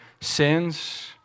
sins